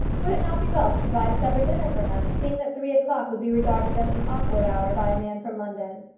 would it not be well to provide a separate dinner for him, seeing that three o'clock would be regarded as an awkward hour by a man from london?